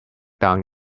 down